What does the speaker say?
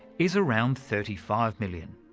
is around thirty five million.